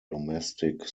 domestic